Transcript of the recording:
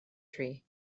tree